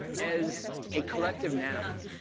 as a collective noun,